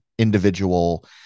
individual